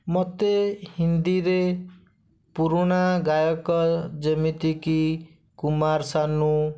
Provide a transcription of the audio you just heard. ମୋତେ ହିନ୍ଦୀରେ ପୁରୁଣା ଗାୟକ ଯେମିତିକି କୁମାର ସାନୁ